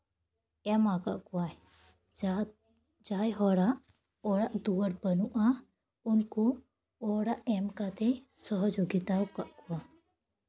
ᱮᱢᱟ ᱠᱟᱜ ᱠᱚᱣᱟᱭ ᱡᱟᱦᱟᱸ ᱡᱟᱦᱟᱸᱭ ᱦᱚᱲᱟᱜ ᱚᱲᱟᱜ ᱫᱩᱣᱟᱹᱨ ᱵᱟᱹᱱᱩᱜᱼᱟ ᱩᱱᱠᱩ ᱚᱲᱟᱜ ᱮᱢ ᱠᱟᱛᱮ ᱥᱚᱦᱚᱡᱳᱜᱤᱛᱟ ᱠᱟᱜ ᱠᱚᱣᱟᱭ